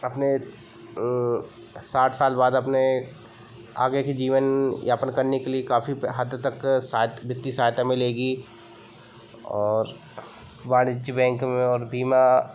अपने साठ साल बाद अपने आगे के जीवनयापन करने के लिए काफ़ी हद तक वित्तीय सहायता मिलेगी और वाणिज्य बैंक में और बीमा